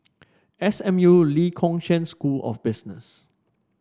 S M U Lee Kong Chian School of Business